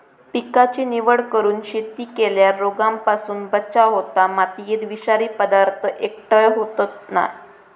पिकाची निवड करून शेती केल्यार रोगांपासून बचाव होता, मातयेत विषारी पदार्थ एकटय होयत नाय